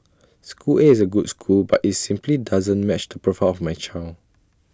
school A is A good school but IT simply doesn't match the profile of my child